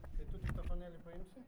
tai tu diktofonėlį paimsi